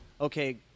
okay